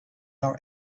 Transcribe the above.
our